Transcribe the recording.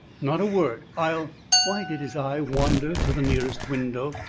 not a word. i'll why did his eye wander to the nearest window,